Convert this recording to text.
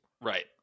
Right